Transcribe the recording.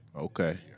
Okay